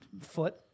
foot